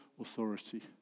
authority